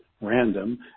random